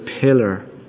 pillar